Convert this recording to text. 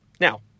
now